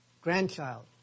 grandchild